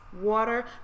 water